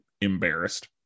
embarrassed